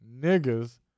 Niggas